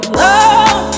love